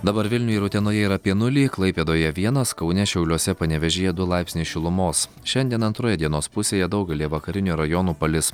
dabar vilniuj ir utenoje yra apie nulį klaipėdoje vienas kaune šiauliuose panevėžyje du laipsniai šilumos šiandien antroje dienos pusėje daugelyje vakarinių rajonų palis